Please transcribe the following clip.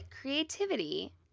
creativity